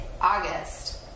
August